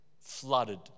flooded